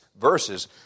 verses